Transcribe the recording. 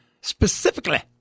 specifically